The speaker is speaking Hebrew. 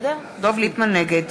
נגד